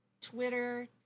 Twitter